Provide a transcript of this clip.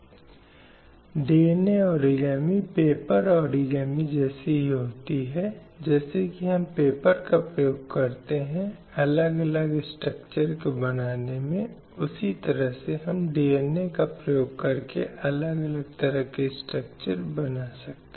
हालाँकि यह देखा गया है कि कुछ प्रकार की गतिविधियाँ या कुछ प्रकार की हिंसक हरकतें होती हैं जो विशेष रूप से महिलाओं की आबादी के लिए लक्षित होती हैं